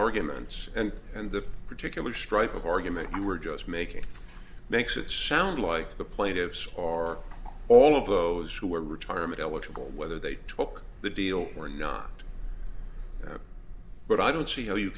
arguments and and the particular strike argument you were just making makes it sound like the plaintiffs are all of those who are retirement eligible whether they took the deal or not but i don't see how you